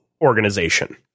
organization